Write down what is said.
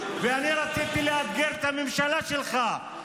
ואני רציתי לאתגר את הממשלה שלך,